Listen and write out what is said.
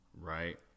right